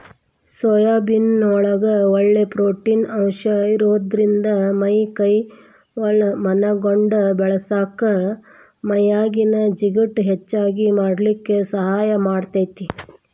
soybean ನೊಳಗ ಒಳ್ಳೆ protein ಅಂಶ ಇರೋದ್ರಿಂದ ಮೈ ಕೈ ಮನಗಂಡ ಬೇಳಸಾಕ ಮೈಯಾಗಿನ ಜಿಗಟ್ ಹೆಚ್ಚಗಿ ಮಾಡ್ಲಿಕ್ಕೆ ಸಹಾಯ ಮಾಡ್ತೆತಿ